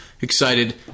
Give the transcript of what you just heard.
excited